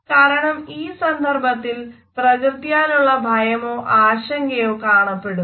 കാരണം ഈ സന്ദർഭത്തിൽ പ്രകൃത്യാലുള്ള ഭയമോ ആശങ്കയോ കാണപ്പെടുന്നു